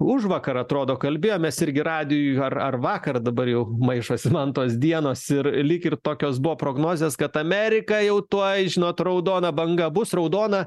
užvakar atrodo kalbėjomės irgi radijuj ar ar vakar dabar jau maišosi man tos dienos ir lyg ir tokios buvo prognozės kad amerika jau tuoj žinot raudona banga bus raudona